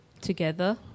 Together